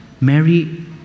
Mary